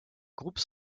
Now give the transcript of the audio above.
groupes